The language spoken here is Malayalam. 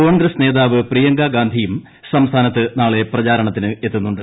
കോൺഗ്രസ് നേതാവ് പ്രിയങ്ക ഗാന്ധിയും സംസ്ഥാനത്ത് നാളെ പ്രചാരണത്തിനെത്തുന്നുണ്ട്